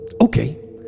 Okay